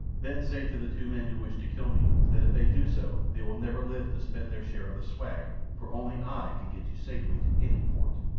then say to the two men who wish to kill me that if they do so they will never live to spend their share of the swag, for only i can get you safely to any port.